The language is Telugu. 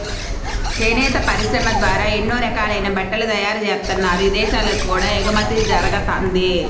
చేనేత పరిశ్రమ ద్వారా ఎన్నో రకాలైన బట్టలు తయారుజేత్తన్నారు, ఇదేశాలకు కూడా ఎగుమతి జరగతంది